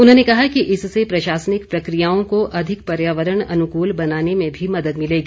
उन्होंने कहा कि इससे प्रशासनिक प्रक्रियाओं को अधिक पर्यावरण अनुकूल बनाने में भी मदद मिलेगी